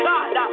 God